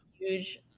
huge